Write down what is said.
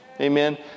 Amen